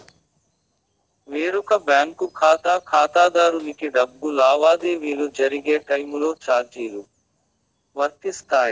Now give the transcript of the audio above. వేరొక బ్యాంకు ఖాతా ఖాతాదారునికి డబ్బు లావాదేవీలు జరిగే టైములో చార్జీలు వర్తిస్తాయా?